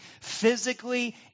physically